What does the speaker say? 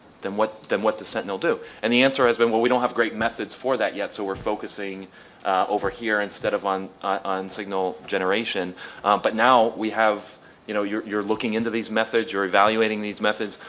then what then what does sentinel do? and the answer has been we don't have great methods for that yet so we're focusing over here instead of on on signal generation but now we have you know you're you're looking into these methods you are evaluating these methods.